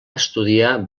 estudiar